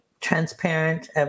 transparent